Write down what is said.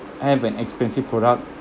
have an expensive product